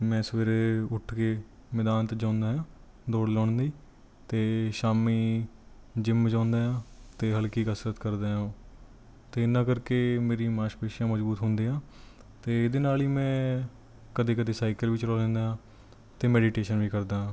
ਮੈਂ ਸਵੇਰੇ ਉੱਠ ਕੇ ਮੈਦਾਨ 'ਚ ਜਾਂਦਾ ਹਾਂ ਦੌੜ ਲਾਉਣ ਦੀ ਅਤੇ ਸ਼ਾਮੀ ਜਿਮ ਜਾਂਦਾ ਹਾਂ ਅਤੇ ਹਲਕੀ ਕਸਰਤ ਕਰਦਾ ਹਾਂ ਅਤੇ ਇਹਨਾਂ ਕਰਕੇ ਮੇਰੀ ਮਾਸ਼ਪੇਸ਼ੀਆਂ ਮਜ਼ਬੂਤ ਹੁੰਦੀਆਂ ਅਤੇ ਇਹਦੇ ਨਾਲ ਹੀ ਮੈਂ ਕਦੇ ਕਦੇ ਸਾਈਕਲ ਵੀ ਚਲਾ ਲੈਂਦਾ ਹਾਂ ਅਤੇ ਮੈਡੀਟੇਸ਼ਨ ਵੀ ਕਰਦਾ